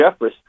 Jeffress